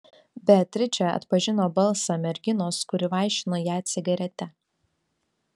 beatričė atpažino balsą merginos kuri vaišino ją cigarete